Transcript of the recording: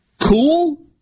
Cool